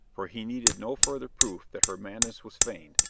for he needed no further proof that her madness was feigned,